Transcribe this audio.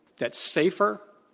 that's safer,